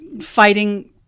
fighting